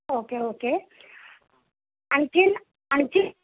okay okay आणखीन आणखीन